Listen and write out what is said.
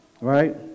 right